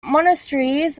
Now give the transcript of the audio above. monasteries